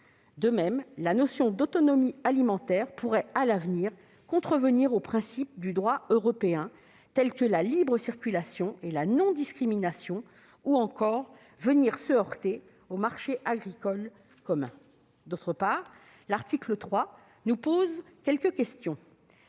De même, la notion d'« autonomie alimentaire » pourrait, à l'avenir, contrevenir aux principes du droit européen tels que la libre circulation et la non-discrimination, ou encore venir se heurter au marché agricole commun. D'autre part, l'article 3 nous pose quelques questions